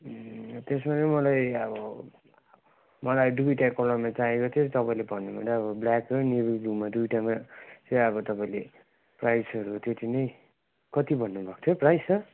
ए त्यसो भए मलाई अब मलाई दुईवटा कलरमा चाहिएको थियो तपाईँले भनिदिनु भयो भने अब ब्ल्याक र नेभी ब्लू दुईवटामा चाहिँ अब तपाईँले प्राइसहरू त्यति नै कति भन्नुभएको थियो प्राइस सर